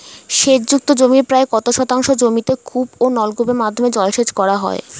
সেচ যুক্ত জমির প্রায় কত শতাংশ জমিতে কূপ ও নলকূপের মাধ্যমে জলসেচ করা হয়?